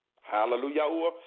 Hallelujah